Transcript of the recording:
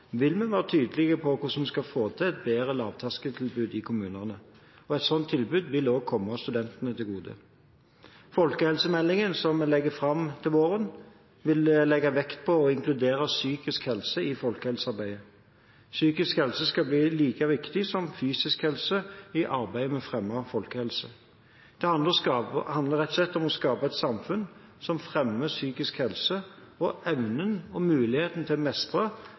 vil vi være tydelige på hvordan vi skal få til et bedre lavterskeltilbud i kommunene, og et slikt tilbud vil også komme studentene til gode. Folkehelsemeldingen, som vi legger fram til våren, vil legge vekt på å inkludere psykisk helse i folkehelsearbeidet. Psykisk helse skal bli like viktig som fysisk helse i arbeidet med å fremme folkehelse. Det handler rett og slett om å skape et samfunn som fremmer psykisk helse og evnen og muligheten til å mestre